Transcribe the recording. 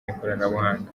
n’ikoranabuhanga